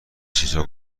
چیزها